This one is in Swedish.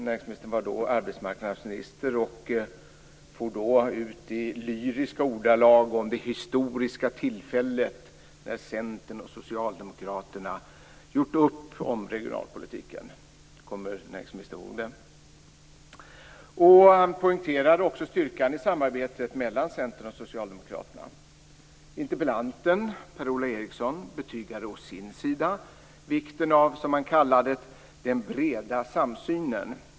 Näringsministern var då arbetsmarknadsminister och for ut i lyriska ordalag om det historiska tillfället när Centern och Kommer näringsministern ihåg det? Han poängterade också styrkan i samarbetet mellan Centern och Socialdemokraterna. Interpellanten, Per-Ola Eriksson, betygade å sin sida vikten av, som han kallade det, den breda samsynen.